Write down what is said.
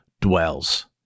dwells